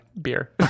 beer